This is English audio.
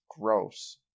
gross